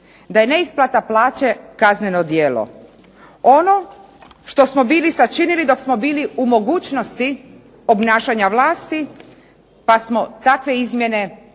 da je neisplata plaće kazneno djelo. Ono što smo bili sačinili dok smo bili u mogućnosti obnašanja vlasti pa smo takve izmjene